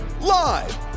live